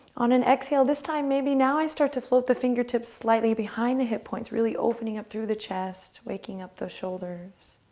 on and exhale this time. maybe now i start to float the fingertips slightly behind the hip points, really opening up through the chest waking up their shoulders.